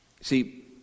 see